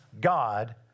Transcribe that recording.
God